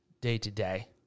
day-to-day